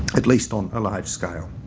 at least on a large scale.